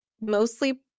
mostly